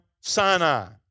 Sinai